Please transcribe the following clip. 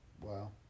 Wow